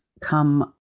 come